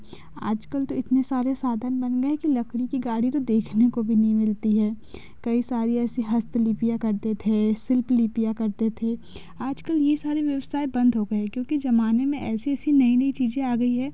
आज कल तो इतने सारे साधन बन गए हैं की लकड़ी की गाड़ी तो देखने को भी नहीं मिलती है कई सारी ऐसे हस्तलिपियाँ करते थे शिल्पलिपियाँ करते थे आज कल यह सारे व्यवसाय बंद हो गए है क्योंकि जब ज़माने में ऐसी ऐसी नई नई चीज़ें आ गई हैं